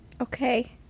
Okay